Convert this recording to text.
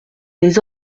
les